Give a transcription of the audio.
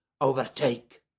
overtake